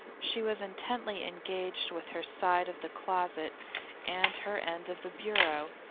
she was intently engaged with her side of the closet and her end of the bureau,